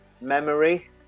memory